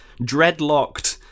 dreadlocked